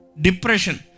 Depression